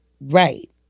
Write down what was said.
Right